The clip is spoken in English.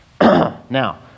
Now